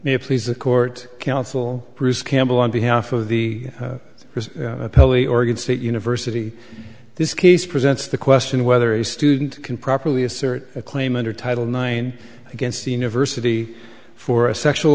may please the court counsel bruce campbell on behalf of the pelly oregon state university this case presents the question whether a student can properly assert a claim under title nine against the university for a sexual